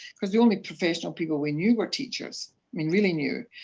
because the only professional people we knew were teachers, i mean really knew.